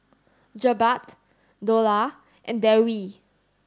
Jebat Dollah and Dewi